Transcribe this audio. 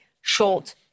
short